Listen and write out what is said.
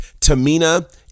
Tamina